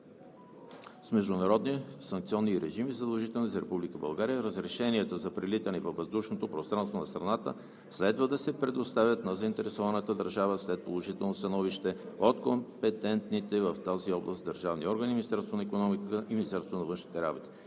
с международни санкционни режими, задължителни за Република България, разрешенията за прелитане във въздушното пространство на страната следва да се предоставят на заинтересованата държава след положително становище от компетентните в тази област държавни органи – Министерството на икономиката и Министерството на външните работи.